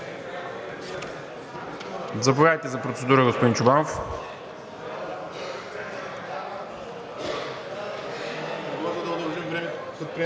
Заповядайте за процедура, господин Чобанов.